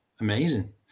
amazing